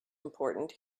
important